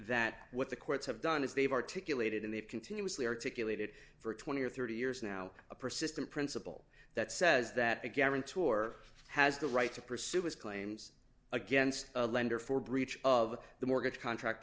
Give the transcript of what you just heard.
that what the courts have done is they've articulated and they've continuously articulated for twenty or thirty years now a persistent principle that says that a guarantor has the right to pursue his claims against a lender for breach of the mortgage contract